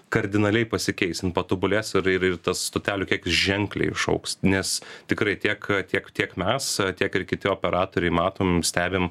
kardinaliai pasikeis jin patobulės ir ir tas stotelių kiekis ženkliai išaugs nes tikrai tiek tiek tiek mes tiek ir kiti operatoriai matom stebim